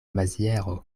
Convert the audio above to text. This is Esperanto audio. maziero